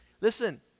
Listen